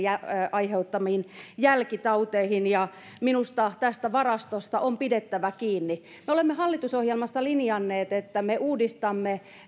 aiheuttamiin jälkitauteihin ja minusta tästä varastosta on pidettävä kiinni me olemme hallitusohjelmassa linjanneet että me uudistamme